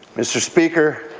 mr. speaker,